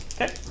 Okay